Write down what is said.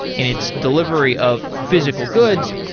in its delivery of physical goods,